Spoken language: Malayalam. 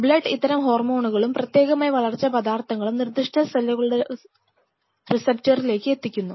ബ്ലഡ് ഇത്തരം ഹോർമോണുകളും പ്രത്യേകമായ വളർച്ചാ പദാർഥങ്ങളും നിർദ്ദിഷ്ട സെല്ലുകളുടെ റിസപ്റ്ററിലേക്ക് എത്തിക്കുന്നു